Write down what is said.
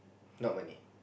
not money